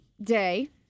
day